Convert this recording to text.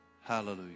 Hallelujah